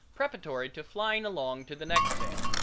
preparatory to flying along to the next head.